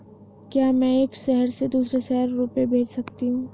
क्या मैं एक शहर से दूसरे शहर रुपये भेज सकती हूँ?